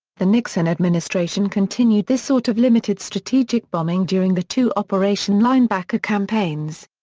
the nixon administration continued this sort of limited strategic bombing during the two operation linebacker campaigns.